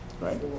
right